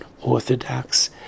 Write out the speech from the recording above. orthodox